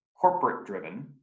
corporate-driven